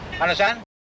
Understand